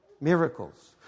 miracles